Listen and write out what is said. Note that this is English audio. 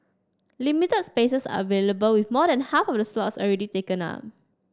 limited spaces are available with more than half of the slots already taken up